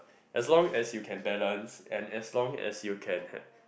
as long as you can balance and as long as you can